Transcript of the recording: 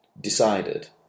decided